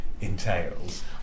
entails